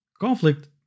Conflict